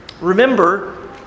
Remember